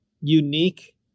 unique